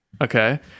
Okay